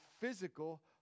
physical